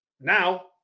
now